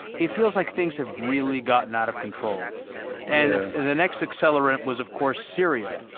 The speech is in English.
it feels like things have really gotten out of control. and the next accelerant was, of course, syria.